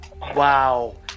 Wow